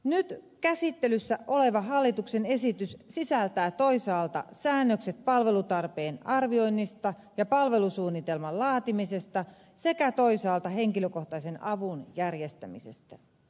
nyt käsittelyssä oleva hallituksen esitys sisältää toisaalta säännökset palvelutarpeen arvioinnista ja palvelusuunnitelman laatimisesta sekä toisaalta henkilökohtaisen avun järjestämisestä